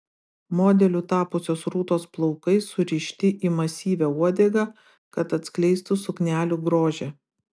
modeliu tapusios rūtos plaukai surišti į masyvią uodegą kad atskleistų suknelių grožį